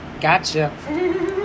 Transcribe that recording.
Gotcha